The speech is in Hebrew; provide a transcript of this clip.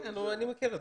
אני מכיר אתזה.